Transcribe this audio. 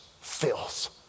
filth